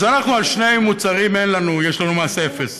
אז אנחנו, על שני מוצרים אין לנו, יש לנו מס אפס: